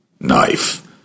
Knife